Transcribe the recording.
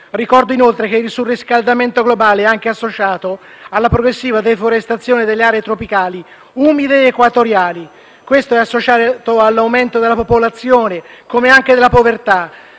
Ricordo inoltre che il surriscaldamento globale è anche associato alla progressiva deforestazione delle aree tropicali umide ed equatoriali. Questo è da associare all'aumento della popolazione come anche della povertà.